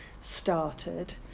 started